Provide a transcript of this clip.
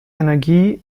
energie